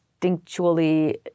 instinctually